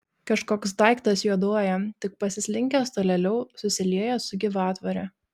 kažkoks daiktas juoduoja tik pasislinkęs tolėliau susiliejęs su gyvatvore